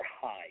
high